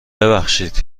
ببخشید